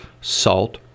Salt